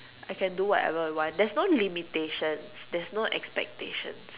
I can do whatever I want there is no limitations there is no expectations